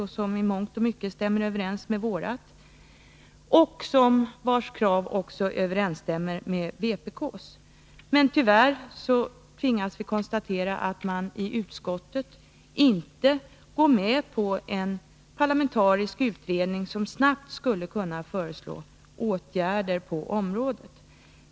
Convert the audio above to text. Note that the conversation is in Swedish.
Dess krav stämmer i mångt och mycket överens med vpk:s. Men tyvärr tvingas vi konstatera att man i utskottet inte går med på en parlamentarisk utredning som snabbt skulle kunna föreslå åtgärder på området.